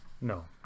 No